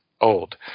old